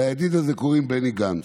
לידיד הזה קוראים בני גנץ.